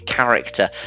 character